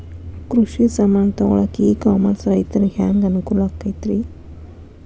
ಕೃಷಿ ಸಾಮಾನ್ ತಗೊಳಕ್ಕ ಇ ಕಾಮರ್ಸ್ ರೈತರಿಗೆ ಹ್ಯಾಂಗ್ ಅನುಕೂಲ ಆಕ್ಕೈತ್ರಿ?